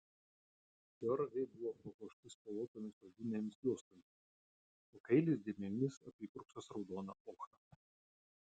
jo ragai buvo papuošti spalvotomis odinėmis juostomis o kailis dėmėmis apipurkštas raudona ochra